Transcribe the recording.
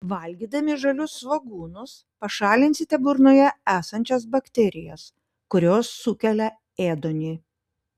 valgydami žalius svogūnus pašalinsite burnoje esančias bakterijas kurios sukelia ėduonį